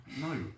no